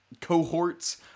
cohorts